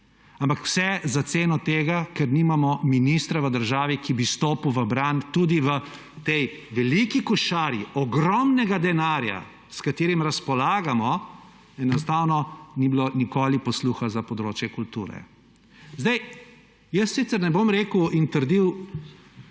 Ampak vse za ceno tega, ker nimamo ministra v državi, ki bi stopil v bran. Tudi v tej veliki košari ogromnega denarja, s katerim razpolagamo, enostavno ni bilo nikoli posluha za področje kulture. Sicer ne bom rekel in trdil,